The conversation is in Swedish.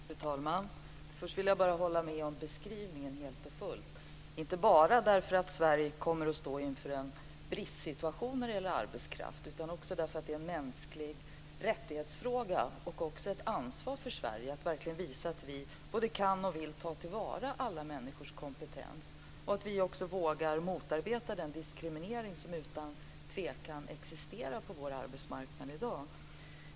Fru talman! Först vill jag bara helt och fullt hålla med om beskrivningen, inte bara därför att Sverige kommer att stå inför en bristsituation när det gäller arbetskraft utan också därför att det är en fråga om mänskliga rättigheter. Det är också ett ansvar för Sverige att verkligen visa att vi både kan och vill ta tillvara alla människors kompetens och att vi vågar motarbeta den diskriminering som utan tvekan existerar på vår arbetsmarknad i dag.